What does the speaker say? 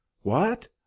What